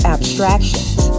Abstractions